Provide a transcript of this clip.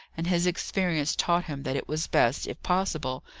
and his experience taught him that it was best, if possible,